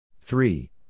Three